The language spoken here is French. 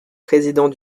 président